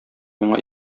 миңа